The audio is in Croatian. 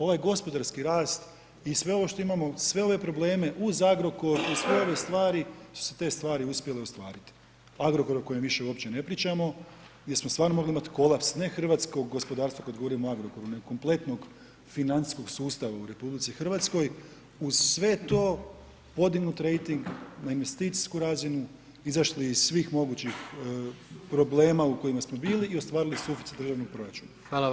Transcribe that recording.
Ovaj gospodarski rast i sve ovo što imamo, sve ove probleme uz Agrokor, uz sve ove stvari su se te stvari uspjele ostvariti, Agrokor o kojem više uopće ne pričamo, gdje smo stvarno mogli imat kolaps, ne hrvatskog gospodarstva kad govorimo o Agrokoru, nego kompletnog financijskog sustava u Republici Hrvatskoj, uz sve to podignut rejting na investicijsku razinu, izašli iz svih mogućih problema u kojima smo bili, i ostvarili suficit državnog proračuna.